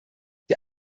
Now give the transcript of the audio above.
der